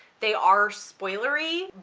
they are spoilery,